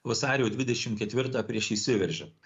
vasario dvidešim ketvirtą prieš įsiveržian